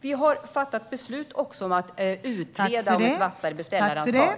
Vi har också fattat beslut om att utreda frågan om ett vassare beställaransvar.